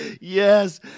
Yes